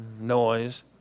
noise